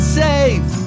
safe